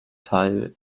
teil